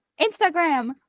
Instagram